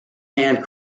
hand